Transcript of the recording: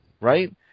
right